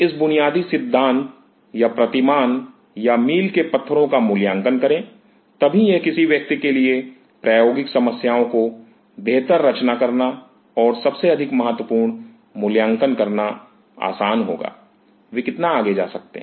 इन बुनियादी सिद्धांत या प्रतिमान या मील के पत्थरों का मूल्यांकन करें तभी यह किसी व्यक्ति के लिए प्रायोगिक समस्याओं की बेहतर रचना करना और सबसे अधिक महत्वपूर्ण मूल्यांकन करना आसान होगा वे कितना आगे जा सकते हैं